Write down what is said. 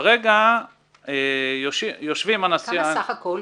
כמה סך הכול?